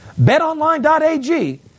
BetOnline.ag